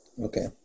Okay